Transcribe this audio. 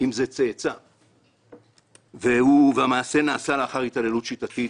אם זה צאצא והמעשה נעשה לאחר התעללות שיטתית,